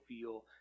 feel